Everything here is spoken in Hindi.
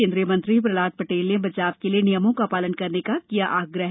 कोन्द्रीय मंत्री प्रहलाद पटेल ने बचाव के लिये नियमों का पालन करने का किया आग्रह